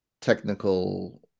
technical